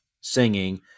singing